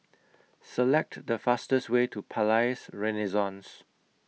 Select The fastest Way to Palais Renaissance